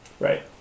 Right